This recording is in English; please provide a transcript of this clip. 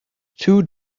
two